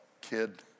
kid